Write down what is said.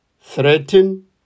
threaten